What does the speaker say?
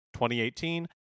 2018